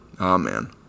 Amen